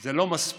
זה לא מספיק,